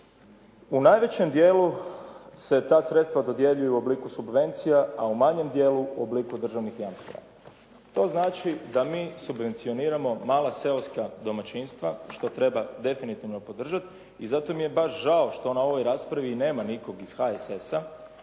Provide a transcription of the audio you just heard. "U najvećem dijelu se ta sredstva dodjeljuju u obliku subvencija, a u manjem dijelu u obliku državnih jamstava." To znači da mi subvencioniramo mala seoska domaćinstva, što treba definitivno podržati i zato mi je baš žao što na ovoj raspravi nema nikog iz HSS-a